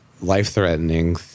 life-threatening